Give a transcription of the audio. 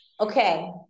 okay